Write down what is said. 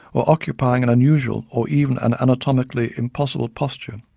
or occupying an unusual or even an anatomically impossible posture,